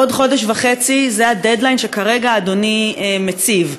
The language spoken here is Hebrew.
עוד חודש וחצי זה ה"דד-ליין" שכרגע אדוני מציב.